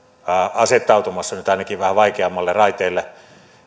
asettautumassa nyt ainakin vähän vaikeammille raiteille